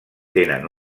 tenen